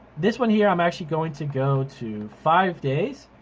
this one here, i'm actually going to go to five days.